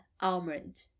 almond